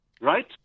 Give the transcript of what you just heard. right